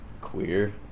queer